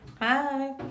Hi